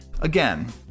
Again